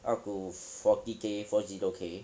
up to forty K four zero K